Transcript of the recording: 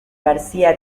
garcía